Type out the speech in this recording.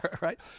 right